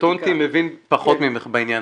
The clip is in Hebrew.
קטונתי, אני מבין פחות ממך בעניין